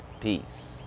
Peace